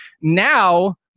now